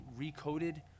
recoded